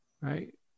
Right